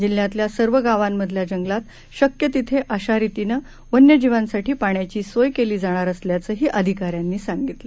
जिल्ह्यातल्या सर्व गावांमधल्या जंगलात शक्य तिथं अशा रितीनं वन्य जीवांसाठी पाण्याची सोय केली जाणार असल्याचंही अधिकाऱ्यांनी सांगितलं